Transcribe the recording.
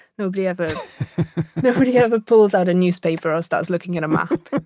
nobody ever nobody ever pulls out a newspaper or starts looking at a map